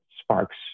sparks